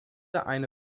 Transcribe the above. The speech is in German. eine